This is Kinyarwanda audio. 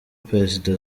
perezida